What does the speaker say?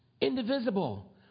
indivisible